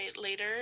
later